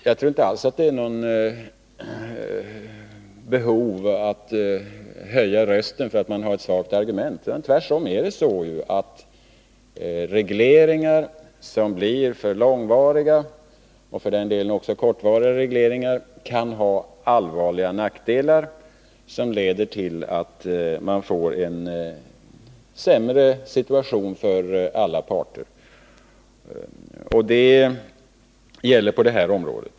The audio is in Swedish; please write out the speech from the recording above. Jag tror inte alls att det föreligger något behov av att höja rösten därför att man har ett svagt argument. Tvärtom är det ju så att regleringar som blir för långvariga — och för den delen också kortvariga regleringar — kan ha allvarliga nackdelar, som leder till en sämre situation för alla parter. Det gäller bl.a. på det här området.